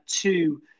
two